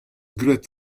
graet